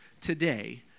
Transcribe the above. today